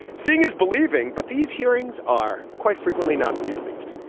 seeing is believing. but these hearings are quite frequently not to be believed.